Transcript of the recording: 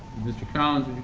mr. collins,